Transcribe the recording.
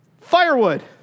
Firewood